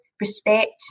respect